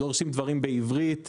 דורשים דברים בעברית.